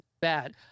bad